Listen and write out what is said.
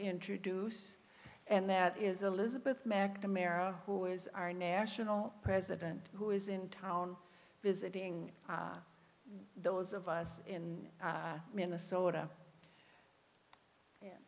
introduce and that is elizabeth mcnamara who is our national president who is in town visiting those of us in minnesota